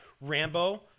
Rambo